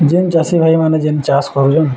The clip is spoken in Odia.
ଯେନ୍ ଚାଷୀ ଭାଇମାନେ ଯେନ୍ ଚାଷ କରୁଛନ୍